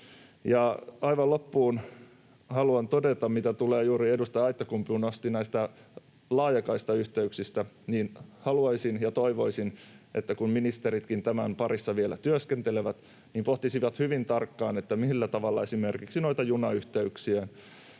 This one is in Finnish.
aivan loppuun haluan todeta, mitä tulee juuri siihen, mitä edustaja Aittakumpu nosti näistä laajakaistayhteyksistä, että haluaisin ja toivoisin, että kun ministeritkin tämän parissa vielä työskentelevät, niin he pohtisivat hyvin tarkkaan, millä tavalla esimerkiksi junayhteyksiä